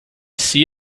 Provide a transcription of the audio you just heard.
see